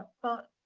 but,